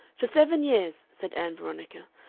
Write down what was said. for seven years, said ann veronica,